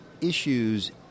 issues